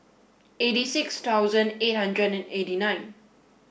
eighty six thousand eight hundred and eighty nine